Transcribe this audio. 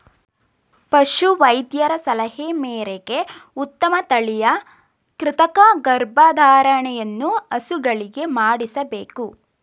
ಪಶು ವೈದ್ಯರ ಸಲಹೆ ಮೇರೆಗೆ ಉತ್ತಮ ತಳಿಯ ಕೃತಕ ಗರ್ಭಧಾರಣೆಯನ್ನು ಹಸುಗಳಿಗೆ ಮಾಡಿಸಬೇಕು